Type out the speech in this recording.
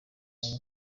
nari